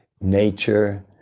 nature